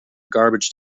garbage